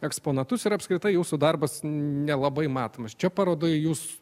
eksponatus ir apskritai jūsų darbas nelabai matomas čia parodoj jūs